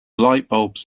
lightbulbs